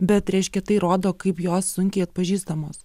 bet reiškia tai rodo kaip jos sunkiai atpažįstamos